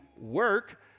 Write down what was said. work